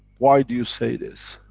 why do you say this?